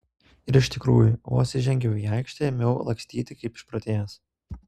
ir iš tikrųjų vos įžengiau į aikštę ėmiau lakstyti kaip išprotėjęs